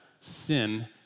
sin